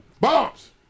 Bombs